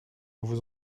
vous